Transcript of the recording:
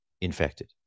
infected